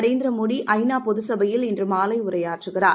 நரேந்திர மோடி ஐ நா பொது சபையில் இன்று மாலை உரையாற்றுகிறார்